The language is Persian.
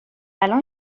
الان